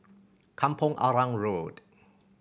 Kampong Arang Road